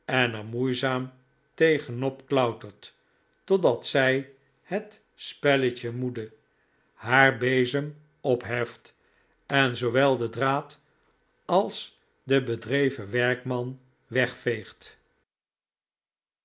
er moeizaam tegenop klautert totdat zij het spelletje moede haar bezem opheft en zoowel den draad als den bedreven werkman wegveegt